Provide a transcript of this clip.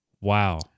wow